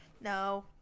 No